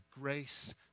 grace